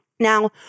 Now